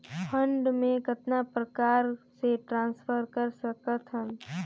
Fund मे कतना प्रकार से ट्रांसफर कर सकत हन?